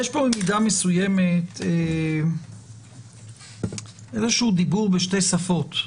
יש פה במידה מסוימת איזשהו דיבור בשתי שפות.